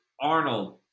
Arnold